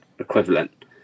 equivalent